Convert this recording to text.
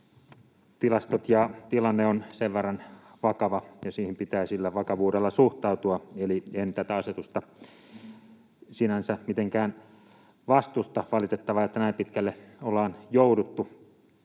tilastot ja tilanne ovat sen verran vakavia, ja siihen pitää sillä vakavuudella suhtautua. Eli en tätä asetusta sinänsä mitenkään vastusta. Valitettavaa, että näin pitkälle ollaan jouduttu.